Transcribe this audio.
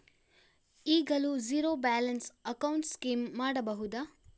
ಈಗಲೂ zero balance account scheme ಮಾಡಬಹುದಾ?